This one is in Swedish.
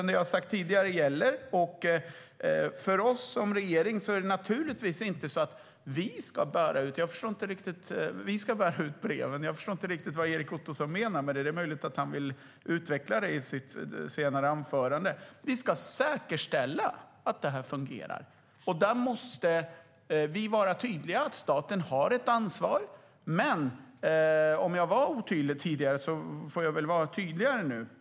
Det jag har sagt tidigare gäller. Jag förstår inte riktigt vad Erik Ottoson menar när han frågar om att vi - regeringen - skulle bära ut breven. Det är möjligt att han vill utveckla den frågan i nästa anförande. Regeringen ska säkerställa att utdelningen av breven fungerar. Vi måste vara tydliga. Staten har ett ansvar. Om jag var otydlig tidigare får jag väl vara tydligare nu.